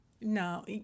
No